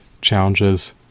challenges